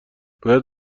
باید